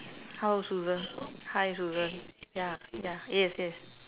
hello Susan hi Susan ya ya yes yes